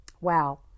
Wow